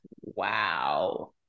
Wow